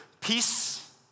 peace